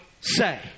say